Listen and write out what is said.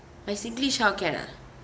my singlish how can ah